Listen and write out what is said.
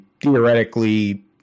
theoretically